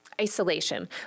isolation